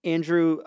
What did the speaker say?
Andrew